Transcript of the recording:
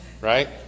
Right